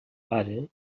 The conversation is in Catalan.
pare